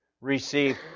Receive